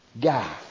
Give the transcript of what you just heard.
guy